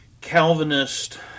Calvinist